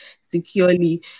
securely